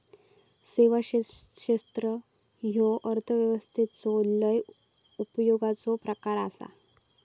सेवा क्षेत्र ह्यो अर्थव्यवस्थेचो लय उपयोगाचो प्रकार आसा